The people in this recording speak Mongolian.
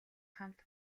хамт